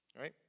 Right